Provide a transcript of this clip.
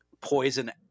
poison